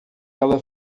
ela